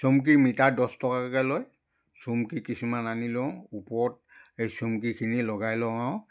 চুমকি metre দহ টকাকৈ লয় চুমকি কিছুমান আনি লওঁ ওপৰত এই চুমকিখিনি লগাই লওঁ আৰু